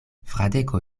fradeko